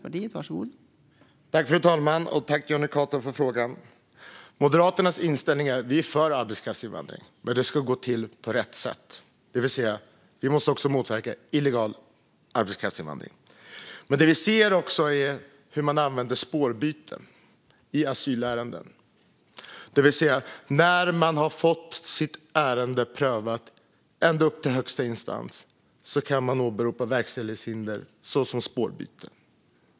Fru talman! Tack, Jonny Cato, för frågan! Moderaternas inställning är: Vi är för arbetskraftsinvandring, men det ska gå till på rätt sätt. Vi måste också motverka illegal arbetskraftsinvandring. Det vi ser är hur man använder spårbyten i asylärenden. När man har fått sitt ärende prövat ända upp till högsta instans kan man åberopa verkställighetshinder, såsom spårbyte.